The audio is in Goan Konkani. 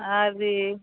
आर्रे